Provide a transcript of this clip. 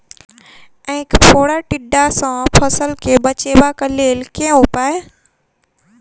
ऐंख फोड़ा टिड्डा सँ फसल केँ बचेबाक लेल केँ उपाय?